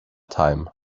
time